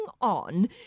on